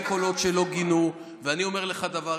לא מקובל שילכו על המשפחות ועל הילדים.